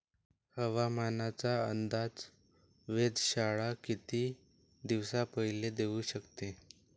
हवामानाचा अंदाज वेधशाळा किती दिवसा पयले देऊ शकते?